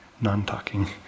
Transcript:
non-talking